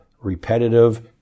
repetitive